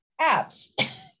apps